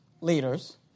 leaders